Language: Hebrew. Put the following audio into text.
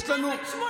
בטח, מה זה בוודאי?